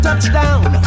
Touchdown